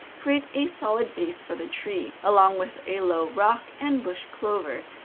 create a solid base for the tree, along with a low rock and bush clover,